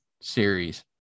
series